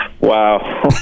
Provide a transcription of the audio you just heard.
Wow